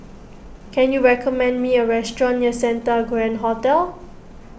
can you recommend me a restaurant near Santa Grand Hotel